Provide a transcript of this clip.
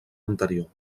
anterior